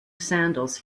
sandals